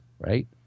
right